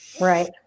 Right